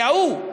זה ההוא.